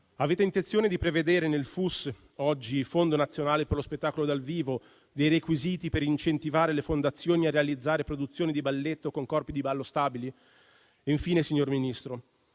Avete intenzione di prevedere nel FUS, oggi Fondo nazionale per lo spettacolo dal vivo (FNSV), dei requisiti per incentivare le fondazioni a realizzare produzioni di balletto con corpi di ballo stabili? Infine, signor Ministro,